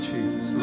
Jesus